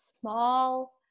small